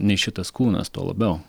nei šitas kūnas tuo labiau